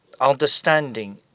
understanding